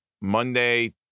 Monday